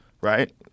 right